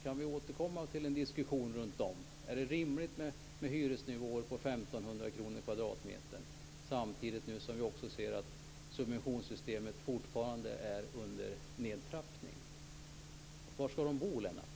Kan vi återkomma till en diskussion om det är rimligt med hyresnivåer på 1 500 kr per kvadratmeter, samtidigt som vi ser att subventionssystemet fortfarande är under nedtrappning? Var skall människor bo, Lennart?